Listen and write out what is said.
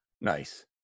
Nice